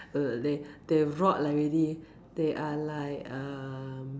err they they rot already they are like um